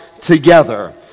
together